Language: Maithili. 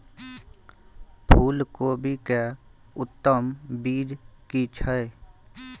फूलकोबी के उत्तम बीज की छै?